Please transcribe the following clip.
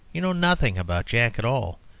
you know nothing about jack at all,